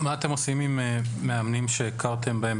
עושים עם מאמנים שהכרתם בהם,